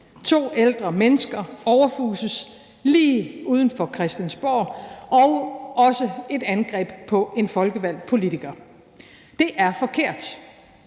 To ældre mennesker overfuses lige uden for Christiansborg – og det var også et angreb på en folkevalgt politiker. Det er forkert.